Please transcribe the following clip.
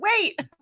wait